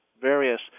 various